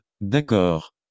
D'accord